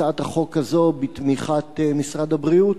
הצעת החוק הזו, בתמיכת משרד הבריאות,